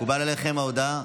מקובלת עליכם ההודעה?